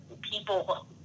people